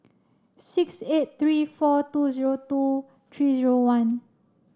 six eight three four two zero two three zero one